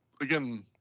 again